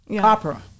opera